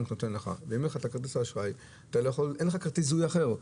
נותן ואם אין לך כרטיס אשראי אין לך כרטיס זיהוי אחר.